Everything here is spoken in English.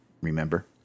remember